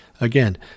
Again